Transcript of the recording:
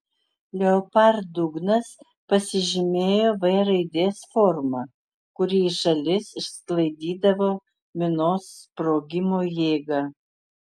leopard dugnas pasižymėjo v raidės forma kuri į šalis išsklaidydavo minos sprogimo jėgą